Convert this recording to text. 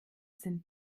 sind